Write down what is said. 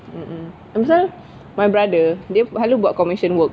mm mm pasal my brother dia selalu buat commission work